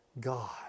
God